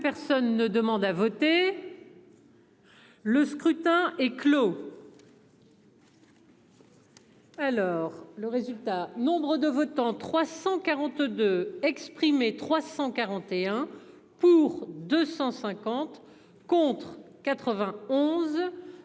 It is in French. personne ne demande à voter. Le scrutin est clos. Alors le résultat, nombre de votants 342 exprimés, 341 pour, 250 contre. 91.